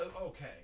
okay